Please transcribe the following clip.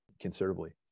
considerably